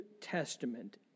Testament